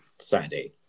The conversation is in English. Saturday